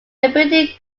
building